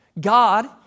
God